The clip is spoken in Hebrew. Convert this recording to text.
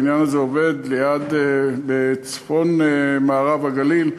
העניין הזה עובד בצפון-מערב הגליל,